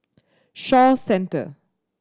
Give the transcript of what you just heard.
Shaw Centre